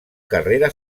carrera